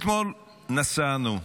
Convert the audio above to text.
שאתמול נסענו,